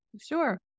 Sure